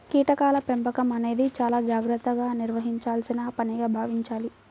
కీటకాల పెంపకం అనేది చాలా జాగర్తగా నిర్వహించాల్సిన పనిగా భావించాలి